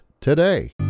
today